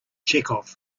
chekhov